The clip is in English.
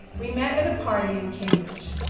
we met at a party in cambridge,